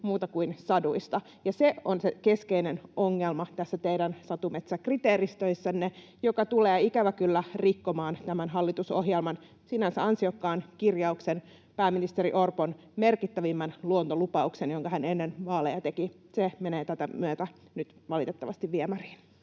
muualta kuin saduista. Ja se on se keskeinen ongelma tässä teidän satumetsäkriteeristössänne, joka tulee ikävä kyllä rikkomaan tämän hallitusohjelman sinänsä ansiokkaan kirjauksen, pääministeri Orpon merkittävimmän luontolupauksen, jonka hän ennen vaaleja teki. Se menee tämän myötä nyt valitettavasti viemäriin.